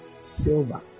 silver